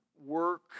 work